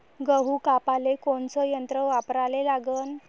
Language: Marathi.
गहू कापाले कोनचं यंत्र वापराले लागन?